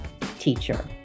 teacher